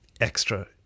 extra